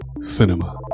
Cinema